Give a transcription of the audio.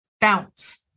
Bounce